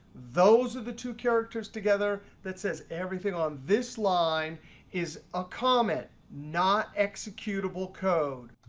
those are the two characters together that says everything on this line is ah comment, not executable code.